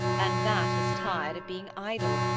and that is tired of being idle,